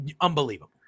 unbelievable